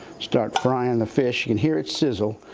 start frying the fish, you can hear it sizzle.